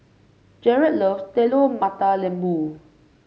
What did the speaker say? Jaret loves Telur Mata Lembu